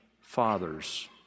fathers